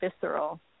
visceral